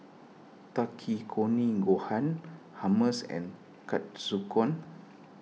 Takikomi Gohan Hummus and